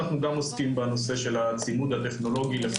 אבל אנחנו גם עוסקים בנושא של הצימוד הטכנולוגי.